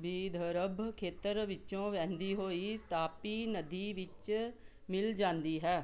ਵਿਦਰਭ ਖੇਤਰ ਵਿੱਚੋਂ ਵਹਿੰਦੀ ਹੋਈ ਤਾਪਤੀ ਨਦੀ ਵਿੱਚ ਮਿਲ ਜਾਂਦੀ ਹੈ